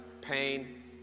pain